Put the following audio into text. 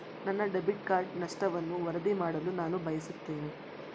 ನನ್ನ debit card ನಷ್ಟವನ್ನು ವರದಿ ಮಾಡಲು ನಾನು ಬಯಸುತ್ತೇನೆ